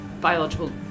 biological